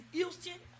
Houston